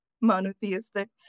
monotheistic